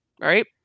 right